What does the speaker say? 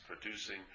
producing